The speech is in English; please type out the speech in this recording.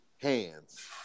Hands